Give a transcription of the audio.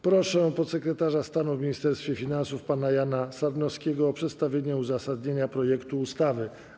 Proszę podsekretarza stanu w Ministerstwie Finansów pana Jana Sarnowskiego o przedstawienie uzasadnienia projektu ustawy.